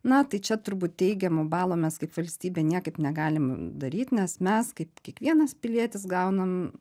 na tai čia turbūt teigiamo balo mes kaip valstybė niekaip negalim daryt nes mes kaip kiekvienas pilietis gaunam